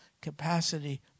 capacity